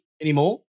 anymore